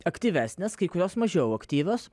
aktyvesnės kai kurios mažiau aktyvios